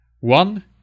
One